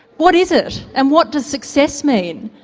what is it and what does success mean?